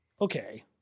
Okay